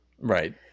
Right